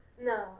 No